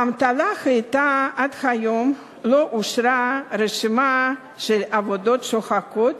האמתלה היתה: עד היום לא אושרה רשימה של עבודות שוחקות.